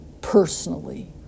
personally